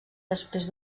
després